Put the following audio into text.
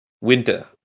winter